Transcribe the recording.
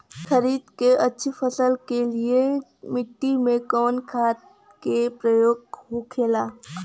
खरीद के अच्छी फसल के लिए मिट्टी में कवन खाद के प्रयोग होखेला?